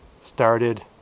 started